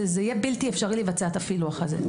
זה יהיה בלתי אפשרי לבצע את הפילוח הזה.